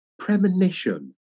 premonition